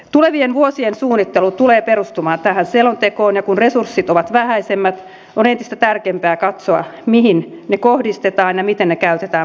tulevien vuosien suunnittelu tulee perustumaan tähän selontekoon ja kun resurssit ovat vähäisemmät on entistä tärkeämpää katsoa mihin ne kohdistetaan ja miten ne käytetään mahdollisimman tehokkaasti